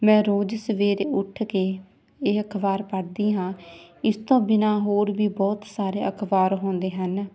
ਮੈਂ ਰੋਜ਼ ਸਵੇਰੇ ਉੱਠ ਕੇ ਇਹ ਅਖ਼ਬਾਰ ਪੜ੍ਹਦੀ ਹਾਂ ਇਸ ਤੋਂ ਬਿਨਾਂ ਹੋਰ ਵੀ ਬਹੁਤ ਸਾਰੇ ਅਖ਼ਬਾਰ ਹੁੰਦੇ ਹਨ